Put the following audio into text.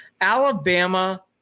Alabama